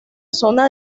zona